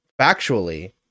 factually